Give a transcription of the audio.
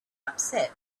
upset